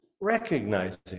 recognizing